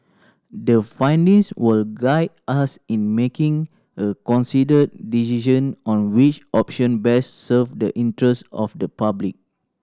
the findings will guide us in making a considered decision on which option best serve the interest of the public